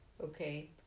Okay